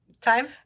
time